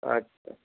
আচ্ছা